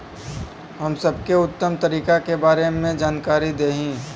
हम सबके उत्तम तरीका के बारे में जानकारी देही?